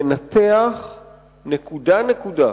לנתח נקודה נקודה